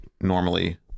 normally